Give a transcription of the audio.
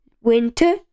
winter